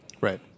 Right